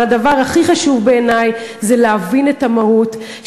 אבל הדבר הכי חשוב בעיני זה להבין את המהות,